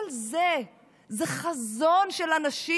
כל זה זה חזון של אנשים.